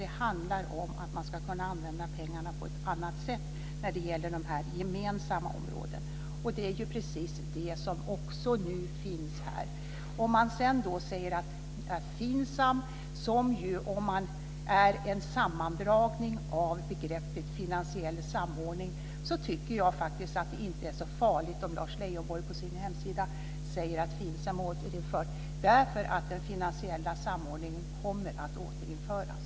Det handlar om att man ska kunna använda pengarna på ett annat sätt när det gäller de här gemensamma områdena. Det är precis det som också finns här. Om sedan Lars Leijonborg på sin hemsida säger att FINSAM - som ju är en sammandragning av begreppet finansiell samordning - har återinförts tycker jag faktiskt att det inte är så farligt, därför att den finansiella samordningen kommer att återinföras.